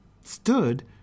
stood